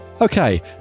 Okay